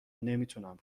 نمیتونم